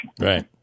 Right